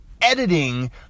editing